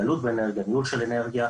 התייעלות באנרגיה וניהול של אנרגיה.